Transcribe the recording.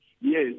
Yes